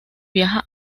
viaja